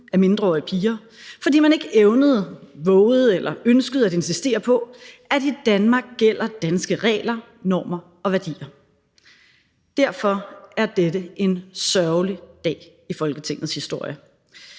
af mindreårige piger, fordi man ikke evnede, vovede eller ønskede at insistere på, at i Danmark gælder danske regler, normer og værdier. Derfor er dette en sørgelig dag i Folketingets historie.